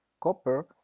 Copper